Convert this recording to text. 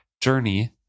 journey